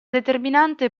determinante